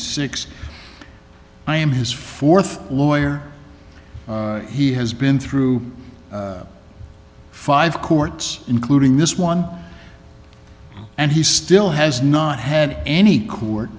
six i am his th lawyer he has been through five courts including this one and he still has not had any court